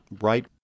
right